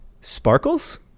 Sparkles